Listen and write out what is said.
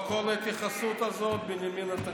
כל ההתייחסות הזאת היא של בנימין נתניהו.